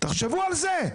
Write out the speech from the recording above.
תחשבו על זה.